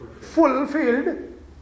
fulfilled